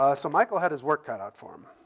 ah so michael had his work cut out for him.